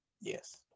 Yes